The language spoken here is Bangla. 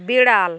বেড়াল